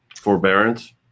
Forbearance